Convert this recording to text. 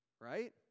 right